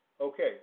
Okay